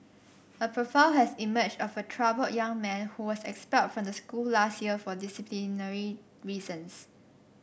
a profile has emerged of a troubled young man who was expelled from the school last year for disciplinary reasons